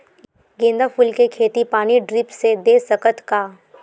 गेंदा फूल के खेती पानी ड्रिप से दे सकथ का?